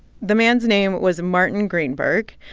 the man's name was martin greenberg,